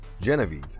Genevieve